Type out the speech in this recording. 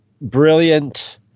brilliant